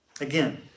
Again